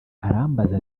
arambaza